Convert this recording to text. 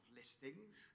listings